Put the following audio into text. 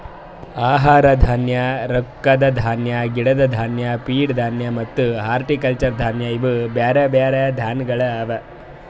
ಆಹಾರ ಧಾನ್ಯ, ರೊಕ್ಕದ ಧಾನ್ಯ, ಗಿಡದ್ ಧಾನ್ಯ, ಫೀಡ್ ಧಾನ್ಯ ಮತ್ತ ಹಾರ್ಟಿಕಲ್ಚರ್ ಧಾನ್ಯ ಇವು ಬ್ಯಾರೆ ಧಾನ್ಯಗೊಳ್ ಅವಾ